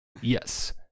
Yes